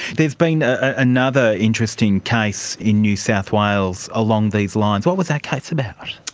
there's been another interesting case in new south wales along these lines. what was that case about?